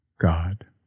God